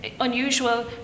unusual